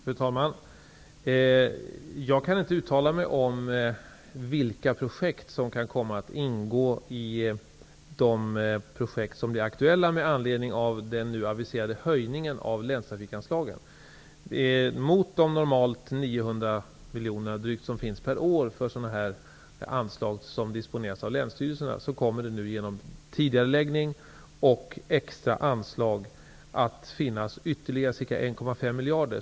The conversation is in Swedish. Fru talman! Jag kan inte uttala mig om vilka projekt som kan komma att ingå i de projekt som blir aktuella med anledning av den nu aviserade höjningen av länstrafikanslagen. Mot de normalt drygt 900 miljonerna per år som disponeras av länsstyrelserna kommer det genom tidigareläggning och extra anslag att finnas ytterligare ca 1,5 miljarder.